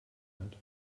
hat